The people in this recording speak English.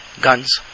guns